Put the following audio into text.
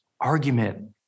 argument